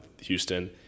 Houston